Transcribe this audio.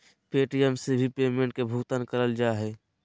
Paytm से भी payment के भुगतान करल जा हय